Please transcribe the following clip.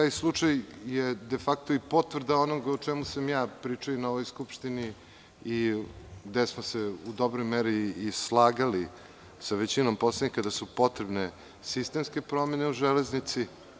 Taj slučaj je de fakto i potvrda onoga o čemu sam ja pričao i na ovoj Skupštini i gde smo se u dobroj meri i slagali sa većinom poslanika da su potrebne sistemske promene u „Železnici“